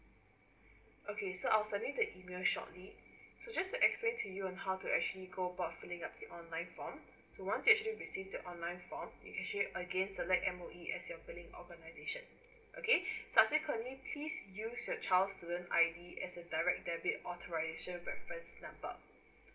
okay so I'll sending the email shortly so just to explain to you on how to actually go about filling up the online form to once you actually receive the online form you actually again select M_O_E as your billing organisation okay subsequently please use your child's student I_D as a direct debit authorisation reference number